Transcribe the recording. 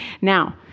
Now